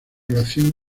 relación